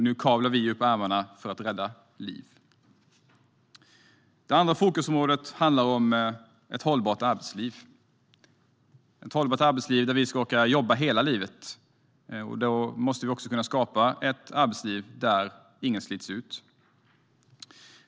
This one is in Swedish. Nu kavlar vi upp ärmarna för att rädda liv. Det andra fokusområdet handlar om ett hållbart arbetsliv där vi orkar jobba hela livet. Då måste vi skapa ett arbetsliv där ingen slits ut.